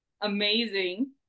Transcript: amazing